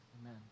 amen